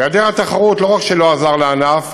היעדר התחרות לא רק שלא עזר לענף,